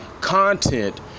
content